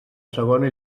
segona